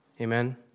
Amen